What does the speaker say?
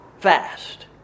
fast